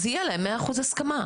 אז יהיה להם מאה אחוז הסכמה.